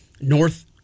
North